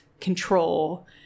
control